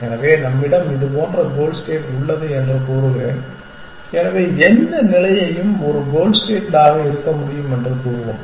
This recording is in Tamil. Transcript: எனவே நம்மிடம் இது போன்ற சில கோல் ஸ்டேட் உள்ளது என்று கூறுகிறேன் எனவே எந்த நிலையும் ஒரு கோல் ஸ்டேட்டாக இருக்க முடியும் என்று கூறுவோம்